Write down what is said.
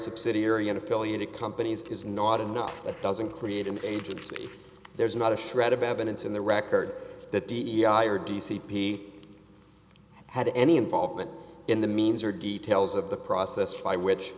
subsidiary and affiliated companies is not enough that doesn't create an agency there's not a shred of evidence in the record that d e i or d c p i had any involvement in the means or details of the process by which